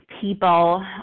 people